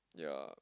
ya